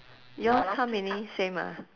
yours how many same ah